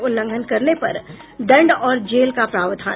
उल्लंघन करने पर दंड और जेल का प्रावधान